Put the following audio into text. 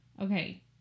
Okay